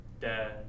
dad